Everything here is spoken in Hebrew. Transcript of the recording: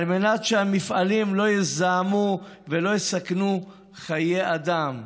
על מנת שהמפעלים לא יזהמו ולא יסכנו חיי אדם.